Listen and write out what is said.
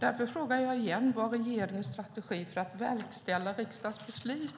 Vad är regeringens strategi för att verkställa riksdagens beslut?